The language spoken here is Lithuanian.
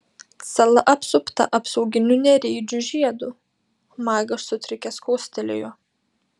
sala apsupta apsauginiu nereidžių žiedu magas sutrikęs kostelėjo